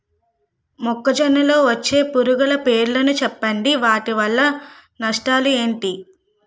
మొక్కజొన్న లో వచ్చే పురుగుల పేర్లను చెప్పండి? వాటి వల్ల నష్టాలు ఎంటి?